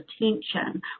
attention